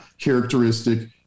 characteristic